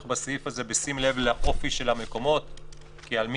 בסעיף הזה בשים לב לאופי של המקומות כי על מי